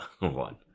one